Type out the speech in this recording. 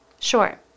Sure